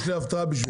יש לי הפתעה בשבילך.